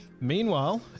Meanwhile